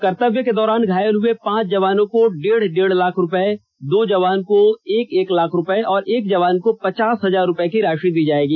कर्तव्य के दौरान घायल हुए पांच जवानों को डेढ़ डेढ़ लाख रुपए दो जवान को एक एक लाख रुपए और एक जवान को पचास हजार रुपए की राशि दी जाएगी